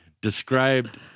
described